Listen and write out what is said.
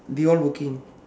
they all working